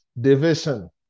division